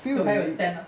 your hair will stand ah